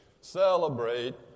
Celebrate